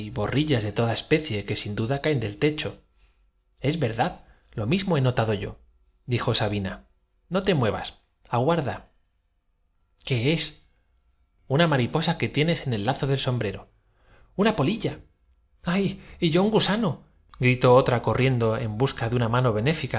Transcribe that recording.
de toda especie que sin duda caen del techo por ahora no puede decirse nada pero si la pre es verdad lo mismo he notado yodijo sabina fectura me vuelve á mis quince años le juro no ca no te muevas aguarda sarme sino con un hombre que vote siempre por el i qué es gobierno hay que ser agradecida una mariposa que tienes en el lazo del sombrero cualquier día me uncen á mirepuso desde su una polilla rincón una nerviosilla que con una carta se estaba en ay y yo un gusano gritó otra corriendo en treteniendo en doblar pajaritas de papel busca de una mano benéfica